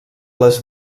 les